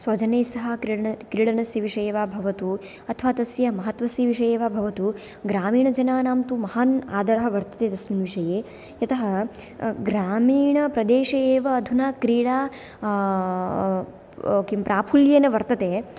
स्वजनैः सह क्रीडनस्य विषये वा भवतु अथवा तस्य महत्त्वस्य विषये वा भवतु ग्रामीणजनानां तु महान् आदरः वर्तते तस्मिन् विषये यतः ग्रामीणप्रदेशे एव अधुना क्रीडा किं प्राफुल्येन वर्तते